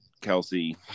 Kelsey